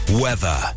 weather